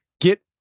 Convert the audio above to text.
get